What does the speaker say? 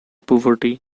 poverty